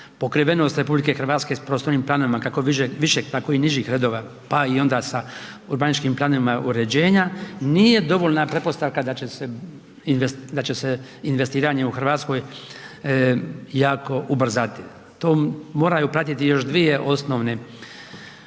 pokrivenost RH s prostornim planovima, kako višeg, tako i nižih redova, pa i onda sa urbanističkim planovima uređenja, nije dovoljna pretpostavka da će se investiranje u RH jako ubrzati, to moraju platiti još dvije osnovne,